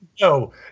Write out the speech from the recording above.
no